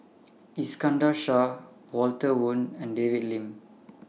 Iskandar Shah Walter Woon and David Lim